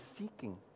seeking